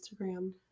Instagram